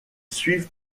suivent